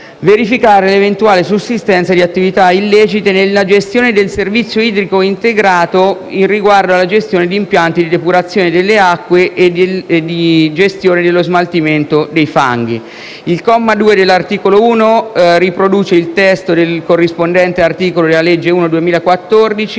verificare l'eventuale sussistenza di attività illecite nella gestione del servizio idrico integrato riguardo alla gestione di impianti di depurazione delle acque e di gestione dello smaltimento dei fanghi. L'articolo 1, comma 2, del provvedimento riproduce il testo del corrispondente articolo della legge 7 gennaio 2014,